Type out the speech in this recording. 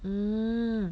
mm